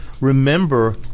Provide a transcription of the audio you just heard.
remember